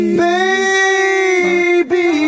baby